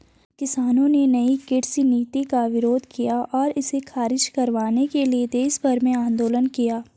किसानों ने नयी कृषि नीति का विरोध किया और इसे ख़ारिज करवाने के लिए देशभर में आन्दोलन किया